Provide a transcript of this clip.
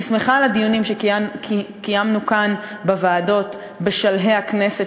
אני שמחה על הדיונים שקיימנו כאן בוועדות בשלהי הכנסת,